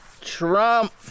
Trump